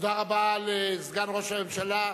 תודה רבה לסגן ראש הממשלה,